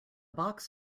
box